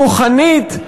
כוחנית,